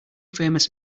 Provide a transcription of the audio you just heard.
famous